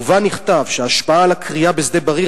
ובה נכתב שההשפעה של הכרייה בשדה-בריר